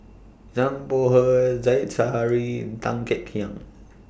Zhang Bohe Said Zahari Tan Kek Hiang